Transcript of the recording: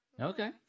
Okay